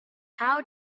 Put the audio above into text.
how